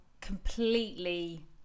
completely